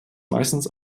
meistens